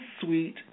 sweet